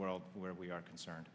world where we are concerned